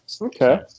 Okay